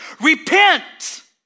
repent